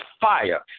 fire